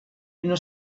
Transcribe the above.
una